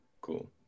cool